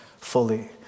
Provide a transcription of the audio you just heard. fully